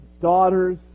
daughters